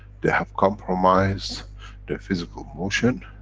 they have compromised their physical motion,